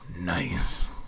Nice